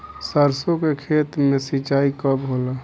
सरसों के खेत मे सिंचाई कब होला?